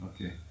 Okay